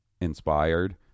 inspired